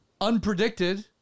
unpredicted